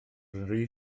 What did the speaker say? rhy